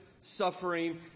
suffering